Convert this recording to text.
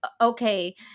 okay